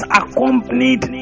accompanied